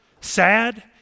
sad